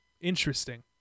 Interesting